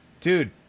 Dude